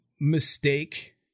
mistake